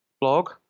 blog